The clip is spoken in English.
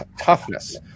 toughness